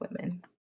women